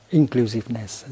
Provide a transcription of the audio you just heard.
inclusiveness